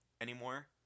anymore